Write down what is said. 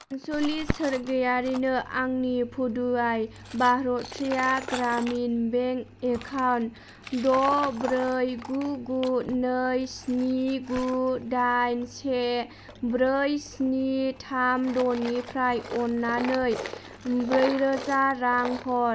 सानसुलि सोरगियारिनो आंनि पुदुवाइ भारतिया ग्रामिन बेंक एकाउन्ट द' ब्रै गु गु नै स्नि गु दाइन से ब्रै स्नि थाम द' निफ्राय अन्नानै ब्रै रोजा रां हर